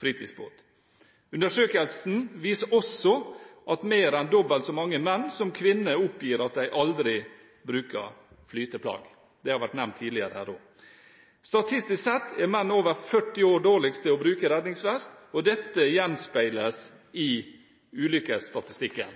fritidsbåt. Undersøkelsen viser også at mer enn dobbelt så mange menn som kvinner oppgir at de aldri bruker flyteplagg. Det har vært nevnt tidligere her også. Statistisk sett er menn over 40 år dårligst til å bruke redningsvest, og dette gjenspeiles i ulykkesstatistikken.